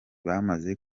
bamaze